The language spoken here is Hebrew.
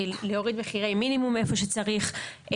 להוריד מחירי מינימום מאיפה שצריך.